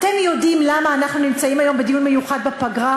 אתם יודעים למה אנחנו נמצאים היום בדיון מיוחד בפגרה?